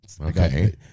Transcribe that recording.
Okay